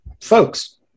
folks